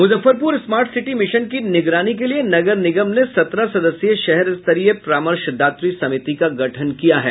Muzaffarpur smart city mission की निगरानी के लिए नगर निगम ने सत्रह सदस्यीय शहर स्तरीय परामर्शदात्री समिति का गठन किया है